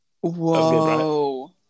Whoa